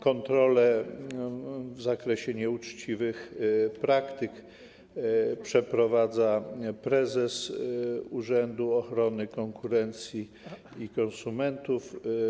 Kontrole w zakresie nieuczciwych praktyk przeprowadza prezes Urzędu Ochrony Konkurencji i Konsumentów.